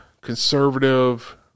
conservative